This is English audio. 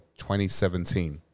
2017